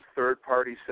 Third-party